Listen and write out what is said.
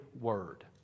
word